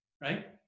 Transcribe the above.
right